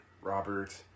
Robert